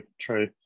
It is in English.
true